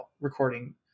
recording